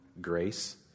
grace